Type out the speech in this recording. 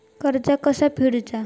कर्ज कसा फेडुचा?